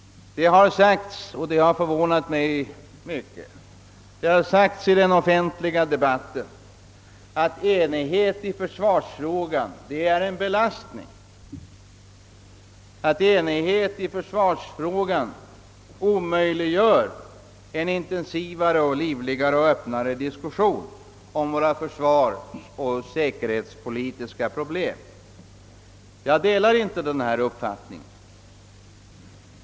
Det har sagts i den offentliga debatten — vilket förvånar mig mycket — att enighet i försvarsfrågan är en belastning och omöjliggör en livlig och öppnare diskussion om vårt försvar och de säkerhetspolitiska problemen i övrigt.